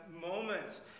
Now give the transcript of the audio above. moment